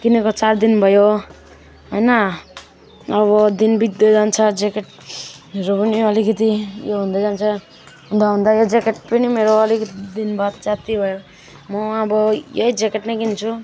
किनेको चारदिन भयो होइन अब दिन बित्दै जान्छ ज्याकेटहरू पनि अलिकति यो हुँदै जान्छ हुँदा हुँदा यो ज्याकेट पनि मेरो अलिकति दिनबाद च्यात्तियो म अब यही ज्याकेट नै किन्छु